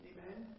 Amen